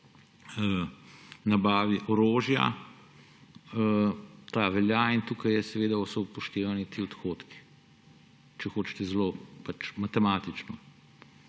nabavi orožja, ta velja in tukaj so upoštevani ti odhodki, če hočete zelo matematično.